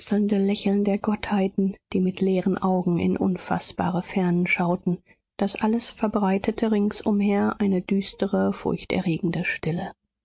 lächeln der gottheiten die mit leeren augen in unfaßbare fernen schauten das alles verbreitete ringsumher eine düstere furchterregende stille